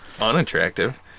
unattractive